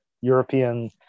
European